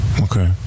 Okay